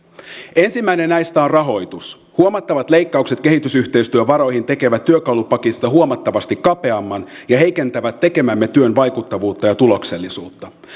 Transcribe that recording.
ensimmäinen näistä on rahoitus huomattavat leikkaukset kehitysyhteistyövaroihin tekevät työkalupakista huomattavasti kapeamman ja heikentävät tekemämme työn vaikuttavuutta ja ja tuloksellisuutta